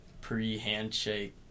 pre-handshake